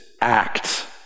act